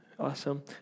awesome